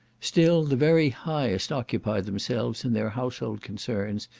still the very highest occupy themselves in their household concerns,